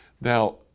Now